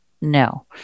no